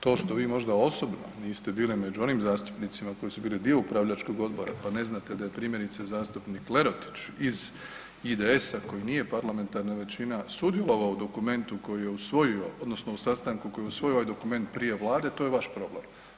To što vi možda osobno niste bili među onim zastupnicima koji su bili dio upravljačkog odbora pa ne znate da je primjerice zastupnik Lerotić iz IDS-a koji nije parlamentarna većina, sudjelovao u dokumentu koji je usvojio odnosno u sastanku koji je usvojio ovaj dokument prije Vlade, to je vaš problem.